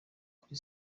kuri